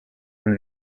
and